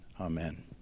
Amen